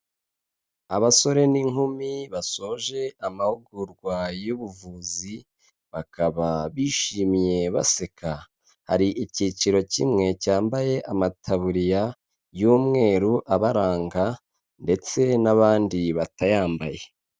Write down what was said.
Abasore n'inkumi basoje amahugurwa y'ubuvuzi, bakaba bishimye baseka hari, icyiciro kimwe cyambaye amataburiya y'umweru abaranga, ndetse n'abandi batayambaye.